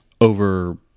over